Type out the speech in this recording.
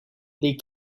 they